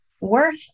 Worth